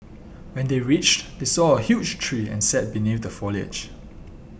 when they reached they saw a huge tree and sat beneath the foliage